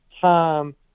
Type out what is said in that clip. time